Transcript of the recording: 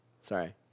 Sorry